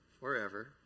forever